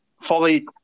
fully